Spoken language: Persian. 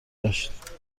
داشت